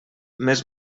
més